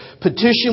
Petition